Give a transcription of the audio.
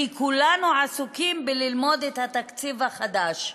כי כולנו עסוקים בלימוד התקציב מחדש,